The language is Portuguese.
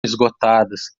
esgotadas